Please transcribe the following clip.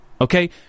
okay